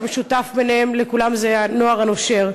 והמשותף לכולם זה הנוער הנושר.